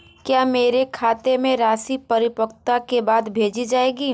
क्या मेरे खाते में राशि परिपक्वता के बाद भेजी जाएगी?